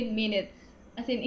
minutes